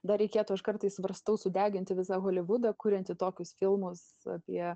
dar reikėtų aš kartais svarstau sudeginti visą holivudą kuriantį tokius filmus apie